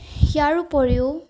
ইয়াৰোপৰিও